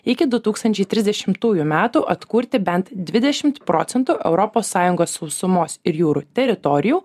iki du tūkstančiai trisdešimtųjų metų atkurti bent dvidešimt procentų europos sąjungos sausumos ir jūrų teritorijų